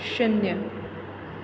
શૂન્ય